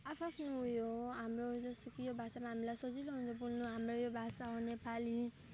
आफ् आफ्नो यो हो हाम्रो जस्तो कि यो भाषामा हामीलाई सजिलो हुन्छ बोल्नु हाम्रो यो भाषा हो नेपाली